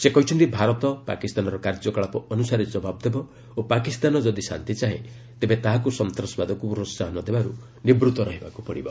ସେ କହିଛନ୍ତି ଭାରତ ପାକିସ୍ତାନର କାର୍ଯ୍ୟକଳାପ ଅନୁସାରେ ଜବାବ ଦେବ ଓ ପାକିସ୍ତାନ ଯଦି ଶାନ୍ତି ଚାହେଁ ତେବେ ତାହାକୁ ସନ୍ତାସବାଦକୁ ପ୍ରୋହାହନ ଦେବାରୁ ନିବୂତ୍ତ ରହିବାକୁ ପଡ଼ିବ